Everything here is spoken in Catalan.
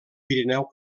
pirineu